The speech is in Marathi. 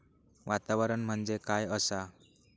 वातावरण म्हणजे काय असा?